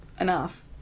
enough